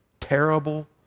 terrible